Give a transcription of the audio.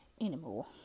anymore